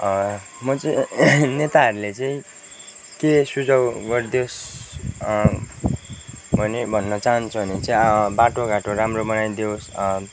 म चाहिँ नेताहरूले चाहिँ के सुझाउ गरिदेयोस् भने भन्न चहान्छु भने बाटोघायो राम्रो बनाइदियोस्